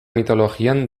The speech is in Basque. mitologian